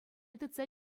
тытса